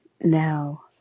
Now